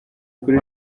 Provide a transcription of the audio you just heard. kuri